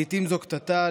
לעיתים זו קטטה,